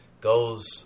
goes